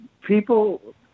people